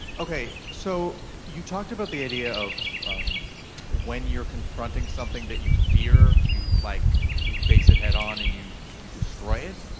okay, so you talked about the idea of when you're confronting something that you fear, you like you face it head on and you you destroy it.